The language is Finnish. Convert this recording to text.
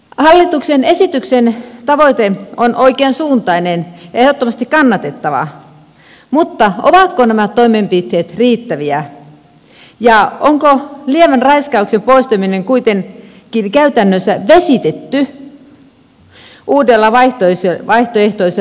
hallituksen esityksen tavoite on oikeansuuntainen ja ehdottomasti kannatettava mutta ovatko nämä toimenpiteet riittäviä ja onko lievän raiskauksen poistaminen kuitenkin käytännössä vesitetty uudella vaihtoehtoisella rangaistusasteikolla